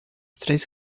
três